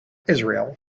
israel